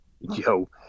Yo